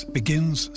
begins